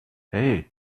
hey